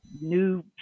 new